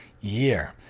year